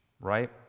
right